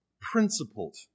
principled